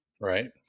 right